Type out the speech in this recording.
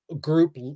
group